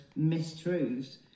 mistruths